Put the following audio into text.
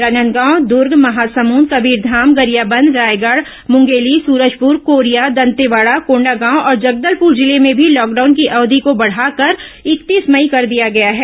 राजनांदगांव दूर्ग महासमुद कबीरधाम गरियाबंद रायगढ मुंगेली सूरजपूर कोरिया दंतेवाड़ा कोंडागांव और जगदलपुर जिले में भी लॉकडाउन की अवधि को बढ़ाकर इकतीस मई कर दिया गया है